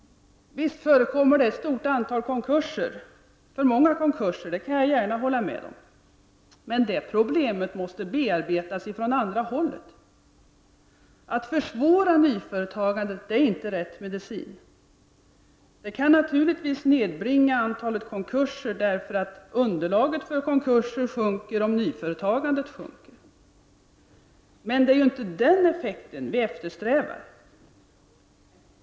Visst förekommer det ett stort antal konkurser — för många konkurser, det kan jag hålla med om — men problemet måste bearbetas från det andra hållet. Att försvåra nyföretagandet är inte rätt medicin. Det kan naturligtvis nedbringa antalet konkurser, eftersom underlaget för konkurser sjunker om nyföretagandet sjunker. Men det är ju inte den effekten vi eftersträvar.